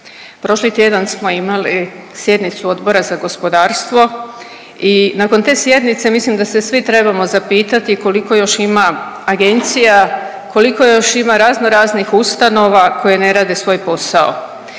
Prošli tjedan smo imali sjednicu Odbora za gospodarstvo i nakon te sjednice mislim da se svi trebamo zapitati koliko još ima agencija i koliko još ima razno raznih ustanova koje ne rade svoj posao